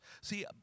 See